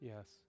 Yes